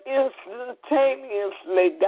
instantaneously